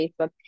Facebook